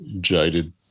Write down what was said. jaded